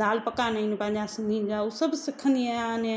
दालि पकवान आहिनि पंहिंजे सिंधियुनि जा उहे सभु सिखंदी आहियां अने